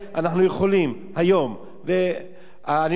אני כבר מסיים.